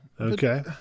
okay